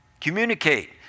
Communicate